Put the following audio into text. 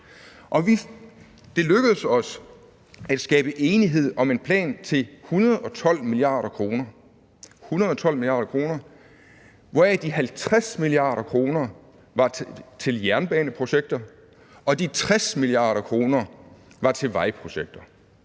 det lykkedes os at skabe enighed om en plan til 112 mia. kr. – 112 mia. kr. – hvoraf de 50 mia. kr. var til jernbaneprojekter, og de 60 mia. kr. var til vejprojekter,